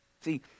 See